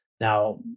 now